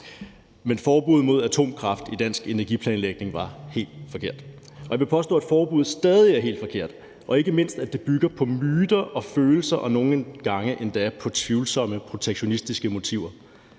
men forbuddet mod atomkraft i dansk energiplanlægning var helt forkert, og jeg vil påstå, at forbuddet stadig er helt forkert, og ikke mindst at det bygger på myter og følelser og nogle gange endda på tvivlsomme protektionistiske motiver.